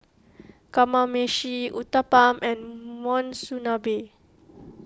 Kamameshi Uthapam and Monsunabe